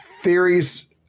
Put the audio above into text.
theories